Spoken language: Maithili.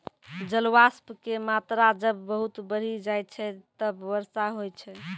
जलवाष्प के मात्रा जब बहुत बढ़ी जाय छै तब वर्षा होय छै